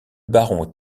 baron